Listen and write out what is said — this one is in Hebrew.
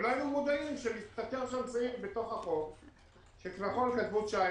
ולא היינו מודעים שמסתתר שם סעיף בתוך החוק שכביכול כתבו 19',